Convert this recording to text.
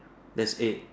that's eight